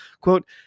Quote